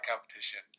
competition